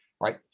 Right